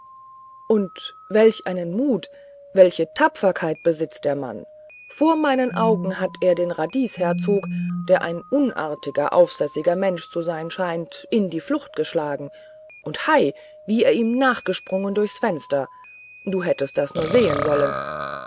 und welch einen mut welche tapferkeit besitzt der mann vor meinen augen hat er den radiesherzog der ein unartiger aufsässiger mensch zu sein scheint in die flucht geschlagen und hei wie er ihm nachsprang durchs fenster du hättest das nur sehen sollen